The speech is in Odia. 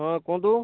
ହଁ କୁହନ୍ତୁ